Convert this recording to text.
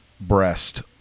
breast